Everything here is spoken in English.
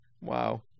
Wow